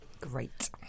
Great